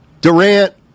Durant